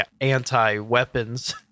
anti-weapons